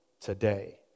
today